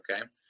Okay